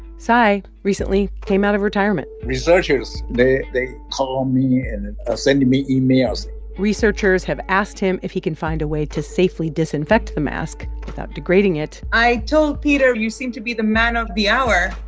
tsai recently came out of retirement researchers they they call me and are ah sending me emails researchers have asked him if he can find a way to safely disinfect the mask without degrading it i told peter, you seem to be the man of the hour.